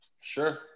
Sure